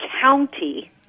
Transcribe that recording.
county